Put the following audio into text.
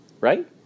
right